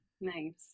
Nice